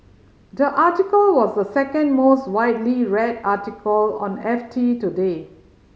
the article was the second most widely read article on F T today